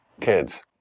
kids